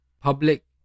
Public